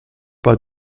pas